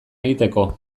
egiteko